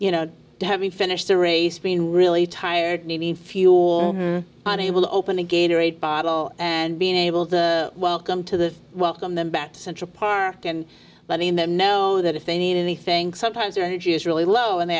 you know to having finished the race being really tired needing fuel unable to open a gate or a bottle and being able to welcome to the welcome them back to central park and letting them know that if they need anything sometimes the energy is really low and they